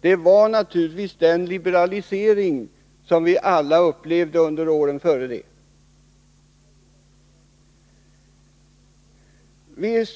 Det var naturligtvis den liberalisering som vi alla upplevde under åren dessförinnan. Vi